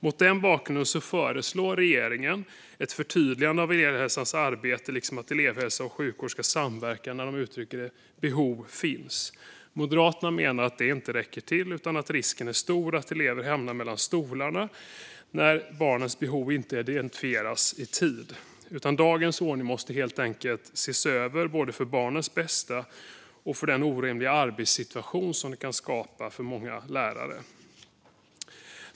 Mot denna bakgrund föreslår regeringen ett förtydligande av elevhälsans arbete liksom att elevhälsa och sjukvård ska samverka när behov finns, som det uttrycks. Moderaterna menar att det inte räcker till utan att risken är stor att elever hamnar mellan stolarna när barnens behov inte identifieras i tid. Dagens ordning måste helt enkelt ses över, både för barnens bästa och med tanke på den orimliga arbetssituation som den kan skapa för många lärare.